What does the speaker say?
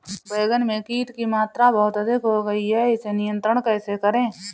बैगन में कीट की मात्रा बहुत अधिक हो गई है इसे नियंत्रण कैसे करें?